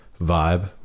vibe